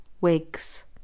wigs